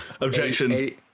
Objection